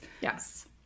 Yes